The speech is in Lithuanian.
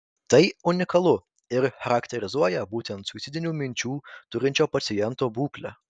tai unikalu ir charakterizuoja būtent suicidinių minčių turinčio paciento būklę